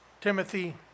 Timothy